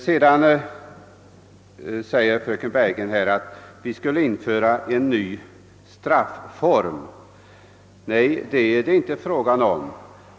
Sedan säger fröken Bergegren att vi skulle införa en ny strafform. Nej, det är det inte fråga om.